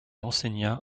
enseigna